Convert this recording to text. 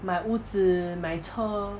买屋子买车